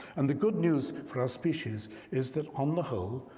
and the good news for our species is that on the whole,